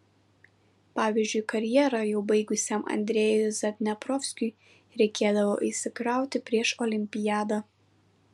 pavyzdžiui karjerą jau baigusiam andrejui zadneprovskiui reikėdavo įsikrauti prieš olimpiadą